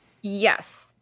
Yes